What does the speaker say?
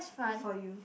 good for you